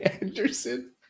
Anderson